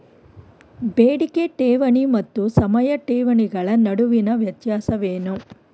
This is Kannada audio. ಬೇಡಿಕೆ ಠೇವಣಿ ಮತ್ತು ಸಮಯ ಠೇವಣಿಗಳ ನಡುವಿನ ವ್ಯತ್ಯಾಸವೇನು?